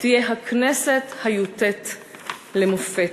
תהיה הכנסת הי"ט למופת.